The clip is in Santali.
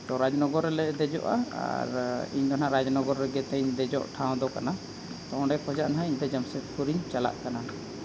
ᱛᱚ ᱨᱟᱡᱽᱱᱚᱜᱚᱨ ᱨᱮᱞᱮ ᱫᱮᱡᱚᱜᱼᱟ ᱟᱨ ᱤᱧᱫᱚ ᱱᱟᱦᱟᱜ ᱨᱟᱡᱽᱱᱚᱜᱚᱨ ᱨᱮᱜᱮ ᱛᱤᱧ ᱫᱮᱡᱚᱜ ᱴᱷᱟᱶᱫᱚ ᱠᱟᱱᱟ ᱛᱳ ᱚᱸᱰᱮ ᱠᱷᱚᱡᱟᱜ ᱱᱟᱦᱟᱜ ᱤᱧᱫᱚ ᱡᱟᱢᱥᱮᱫᱯᱩᱨᱤᱧ ᱪᱟᱞᱟᱜ ᱠᱟᱱᱟ